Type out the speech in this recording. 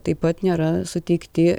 taip pat nėra suteikti